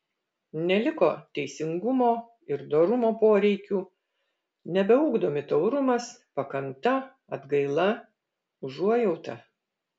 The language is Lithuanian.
neliko teisingumo ir dorumo poreikių nebeugdomi taurumas pakanta atgaila užuojauta